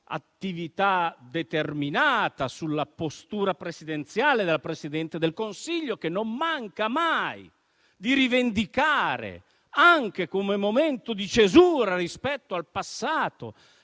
attività determinata, sulla postura presidenziale della Presidente del Consiglio, che non manca mai di rivendicare, anche come momento di cesura rispetto al passato,